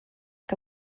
que